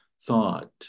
thought